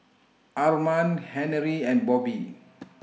Armand Henery and Bobbie